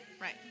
Right